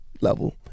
level